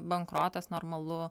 bankrotas normalu